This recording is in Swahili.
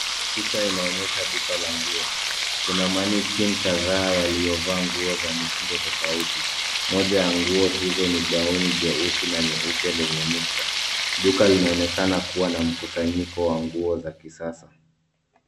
Picha inaonyesha duka la nguo. Kuna mannequin kadhaa yaliyovaa nguo za mitindo tofauti. Moja ya nguo hizo ni gauni jeusi na nyeupe lenye nukta. Duka linaonekana kuwa na mkusanyiko wa nguo za kisasa.